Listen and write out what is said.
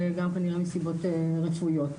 גם כנראה מסיבות רפואיות.